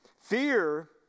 Fear